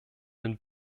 den